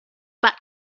back